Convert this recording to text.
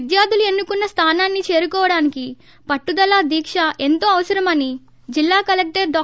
విద్యార్థులు ఎన్ను కున్న స్థానాన్ని చేరుకోవడానికి పట్టుదల దీక ఎంతో అవసరమని జిల్లా కలెక్టర్ డా